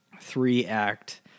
three-act